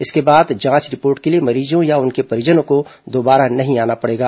इसके बाद जांच रिपोर्ट के लिए मरीजों या उनके परिजनों को दोबारा आना नहीं पड़ेगा